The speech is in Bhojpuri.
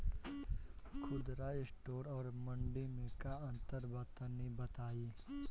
खुदरा स्टोर और मंडी में का अंतर बा तनी बताई?